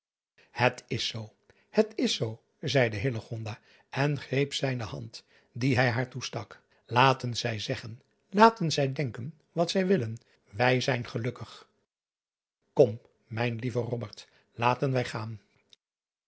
et is zoo het is zoo zeide en greep zijne hand die hij haar toestak laten zij zeggen laten zij denken wat zij willen wij zijn gelukkig om mijn lieve laten